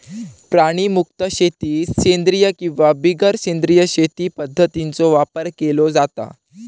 प्राणीमुक्त शेतीत सेंद्रिय किंवा बिगर सेंद्रिय शेती पध्दतींचो वापर केलो जाता